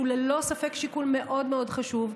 שהוא ללא ספק שיקול מאוד מאוד חשוב,